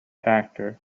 actor